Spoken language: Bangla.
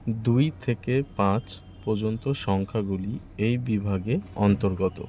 দুই থেকে পাঁচ পর্যন্ত সংখ্যাগুলি এই বিভাগের অন্তর্গত